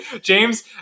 James